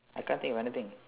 I can't think of anything